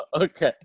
Okay